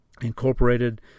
incorporated